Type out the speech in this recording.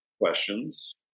questions